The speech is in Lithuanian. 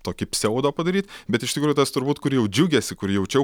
tokį pseudo padaryt bet iš tikrųjų tas turbūt kur jau džiugesį kur jaučiau